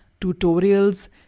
tutorials